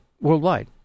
worldwide